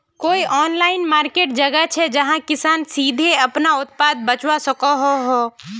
कोई online market जगह छे जहाँ किसान सीधे अपना उत्पाद बचवा सको हो?